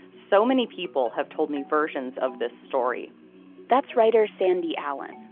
so many people have told me versions of this story that's writer sandy allen.